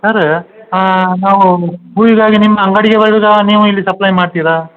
ಸರ ನಾವು ಹೂವಿಗಾಗಿ ನಿಮ್ಮ ಅಂಗಡಿಗೆ ಬರೋದಾ ನೀವು ಇಲ್ಲಿ ಸಪ್ಲೈ ಮಾಡ್ತೀರಾ